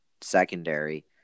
secondary